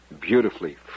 beautifully